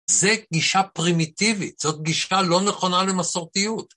זה גישה פרימיטיבית, זאת גישה לא נכונה למסורתיות.